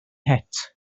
het